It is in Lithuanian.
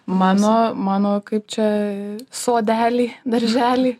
mano mano kaip čia sodelį darželį